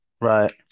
right